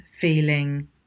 feeling